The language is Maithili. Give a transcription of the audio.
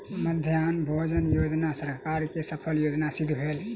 मध्याह्न भोजन योजना सरकार के सफल योजना सिद्ध भेल